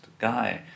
guy